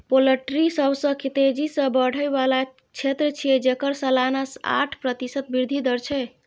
poultry सबसं तेजी सं बढ़ै बला क्षेत्र छियै, जेकर सालाना आठ प्रतिशत वृद्धि दर छै